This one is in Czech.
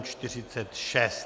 46.